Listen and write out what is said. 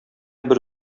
бер